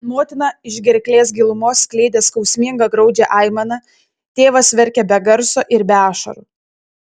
motina iš gerklės gilumos skleidė skausmingą graudžią aimaną tėvas verkė be garso ir be ašarų